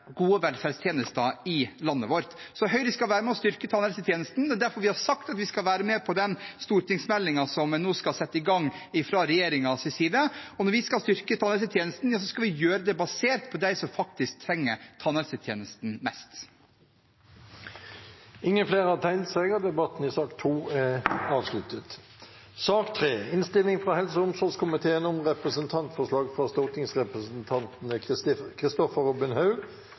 gode velferdstjenester i landet vårt. Høyre skal være med og styrke tannhelsetjenesten. Det er derfor vi har sagt at vi skal være med når det gjelder den stortingsmeldingen som en nå skal sette i gang fra regjeringens side. Når vi skal styrke tannhelsetjenesten, skal vi gjøre det basert på dem som faktisk trenger tannhelsetjenesten mest. Flere har ikke bedt om ordet til sak nr. 2. Etter ønske fra helse- og omsorgskomiteen